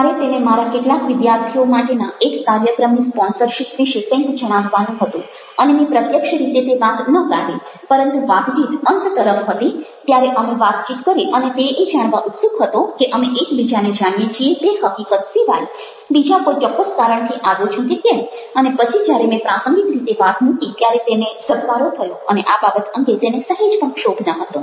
મારે તેને મારા કેટલાક વિદ્યાર્થીઓ માટેના એક કાર્યક્રમની સ્પોન્સરશિપ વિશે કંઈક જણાવવાનું હતું અને મેં પ્રત્યક્ષ રીતે તે વાત ન કાઢી પરંતુ વાતચીત અંત તરફ હતી ત્યારે અમે વાતચીત કરી અને તે એ જાણવા ઉત્સુક હતો કે અમે એકબીજાને જાણીએ છીએ તે હકીકત સિવાય બીજા કોઈ ચોક્કસ કારણથી આવ્યો છું કે કેમ અને પછી જ્યારે મેં પ્રાસંગિક રીતે વાત મૂકી ત્યારે તેને ઝબકારો થયો અને આ બાબત અંગે તેને સહેજ પણ ક્ષોભ ન હતો